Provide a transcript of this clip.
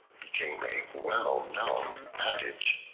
became a well-known adage,